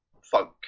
funk